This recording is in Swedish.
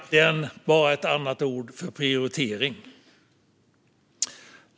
Fru talman! Budget är egentligen bara ett annat ord för prioritering.